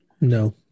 No